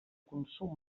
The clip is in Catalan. consum